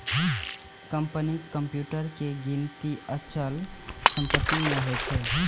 कंपनीक कंप्यूटर के गिनती अचल संपत्ति मे होइ छै